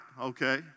okay